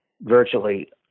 virtually